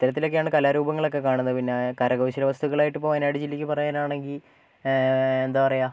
ഇത്തരത്തിലൊക്കെയാണ് കലാരൂപങ്ങളൊക്കെ കാണുന്നത് പിന്നെ കരകൗശല വസ്തുക്കളായിട്ട് ഇപ്പോൾ വയനാട് ജില്ലക്ക് പറയാനാണെങ്കിൽ എന്താ പറയാ